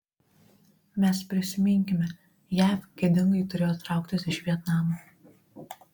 mes prisiminkime jav gėdingai turėjo trauktis iš vietnamo